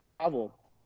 travel